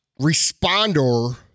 responder